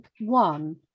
one